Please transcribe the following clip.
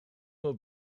will